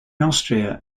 austria